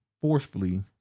forcefully